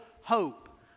hope